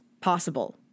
possible